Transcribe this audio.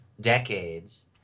decades